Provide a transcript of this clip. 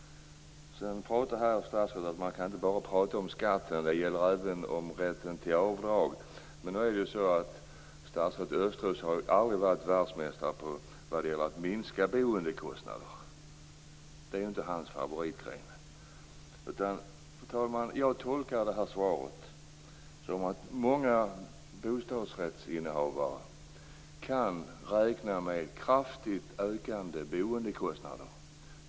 Sedan sade statsrådet att man inte bara kan tala om skatter. Det gäller även rätten till avdrag. Men statsrådet Östros har aldrig varit världsmästare på att minska boendekostnader. Det är inte hans favoritgren. Jag tolkar svaret så att många bostadsrättshavare kan räkna med kraftigt ökade boendekostnader.